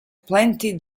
plenty